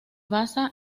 basa